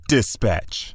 Dispatch